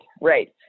right